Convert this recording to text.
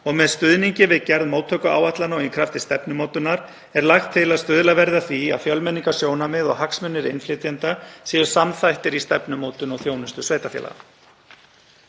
og með stuðningi við gerð móttökuáætlana og í krafti stefnumótunar er lagt til að stuðlað verði að því að fjölmenningarsjónarmið og hagsmunir innflytjenda séu samþættir í stefnumótun Fjölskyldustoð